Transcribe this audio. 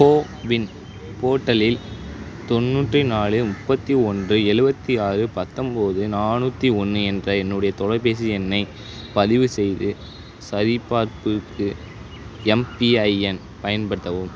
CoWIN போர்ட்டலில் தொண்ணூத்தி நாலு முப்பத்தி ஒன்று எழுபத்தி ஆறு பத்தொம்போது நானூத்தி ஒன்று என்ற என்னுடைய தொலைபேசி எண்ணை பதிவு செய்து சரிபார்ப்புக்கு எம்பிஐஎன் பயன்படுத்தவும்